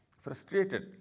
frustrated